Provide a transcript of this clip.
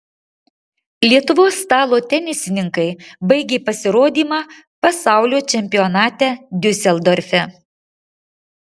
lietuvos stalo tenisininkai baigė pasirodymą pasaulio čempionate diuseldorfe